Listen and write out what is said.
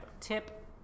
Tip